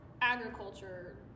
agriculture